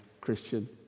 Christian